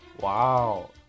Wow